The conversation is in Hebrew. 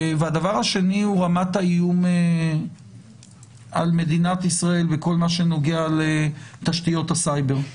הדבר השני הוא רמת האיום על מדינת ישראל בכל מה שנוגע לתשתיות הסייבר.